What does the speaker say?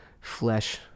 Flesh